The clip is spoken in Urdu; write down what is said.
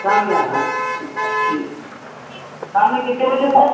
شام میں آنا اچھا ٹھیک ہے شام میں کتنے بجے سر